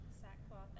Sackcloth